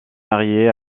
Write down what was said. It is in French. marié